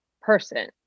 person